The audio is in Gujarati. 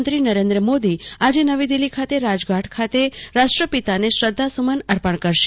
પ્રધાનમંત્રી નરેન્દ્ર મોદી આજે નવી દિલ્ફી ખાતે રાજઘાટ પર રાષ્ટ્રપિતાને શ્રદ્ધા સુમન અર્પણ કરશે